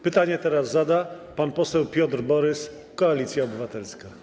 Pytanie zada pan poseł Piotr Borys, Koalicja Obywatelska.